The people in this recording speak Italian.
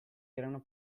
erano